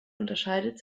unterscheidet